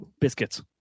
Biscuits